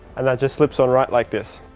and that just slips on right like this,